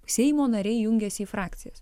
seimo nariai jungiasi į frakcijas